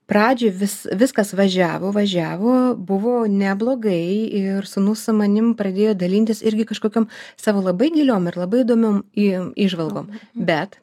pradžiai vis viskas važiavo važiavo buvo neblogai ir sūnus su manim pradėjo dalintis irgi kažkokiom savo labai giliom ir labai įdomiom į įžvalgom bet